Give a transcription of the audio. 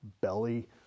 belly